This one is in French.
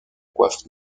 coiffe